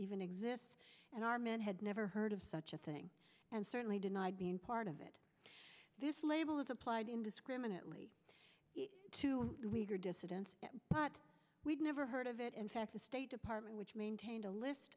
even exists and our men had never heard of such a thing and certainly denied being part of it this label is applied indiscriminately to weaker dissidents but we've never heard of it in fact the state department which maintains a list